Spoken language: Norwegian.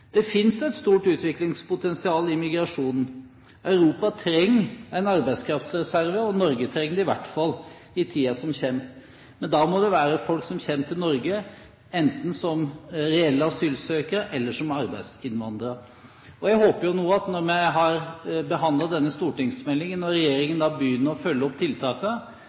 Det finnes et stort utviklingspotensial i migrasjonen. Europa trenger en arbeidskraftreserve – Norge trenger det i hvert fall i tiden som kommer. Men da må det være folk som kommer til Norge enten som reelle asylsøkere eller som arbeidsinnvandrere. Jeg håper at når vi har behandlet denne stortingsmeldingen, og regjeringen begynner å følge opp